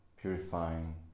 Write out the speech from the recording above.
purifying